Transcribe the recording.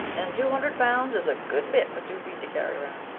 and two hundred pounds is a good bit for two feet to carry round.